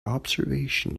observation